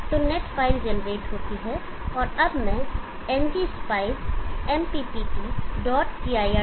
तो net file generate होती है और अब मैं ngspice mpptcir टाइप करूँगा